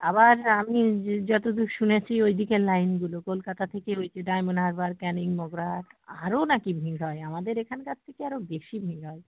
আবার আমি যতদূর শুনেছি ওই দিকের লাইনগুলো কলকাতা থেকে ওই যে ডায়মন্ড হারবার ক্যানিং মগরাহাট আরও নাকি ভিড় হয় আমাদের এখানকার থেকে আরও বেশি ভিড় হয়